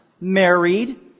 married